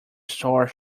store